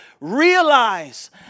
realize